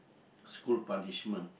school punishment